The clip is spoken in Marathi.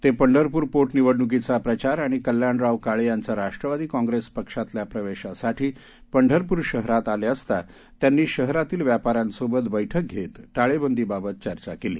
ते पंढरपूर पोटनिवडण्कीचा प्रचार आणि कल्याणराव काळे यांचा राष्टवादी काँग्रेसपक्षातल्या प्रवेशासाठी पंढरपूर शहरात आले असता त्यांनी शहरातील व्यापाऱ्यांसोबत बक्कि घेत टाळेबंदी बाबत चर्चा केली